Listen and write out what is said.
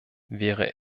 wäre